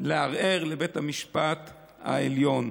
לערער לבית המשפט העליון.